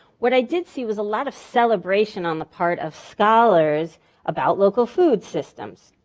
what i did see was a lot of celebration on the part of scholars about local food systems.